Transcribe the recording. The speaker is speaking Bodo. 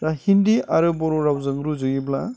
दा हिन्दी आरो बर' रावजों रुजुयोब्ला